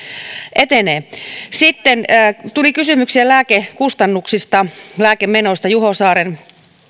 etenee sitten tuli kysymyksiä lääkekustannuksista lääkemenoista juho saaren